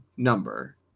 number